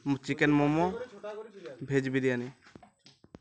chicken momo veg biryani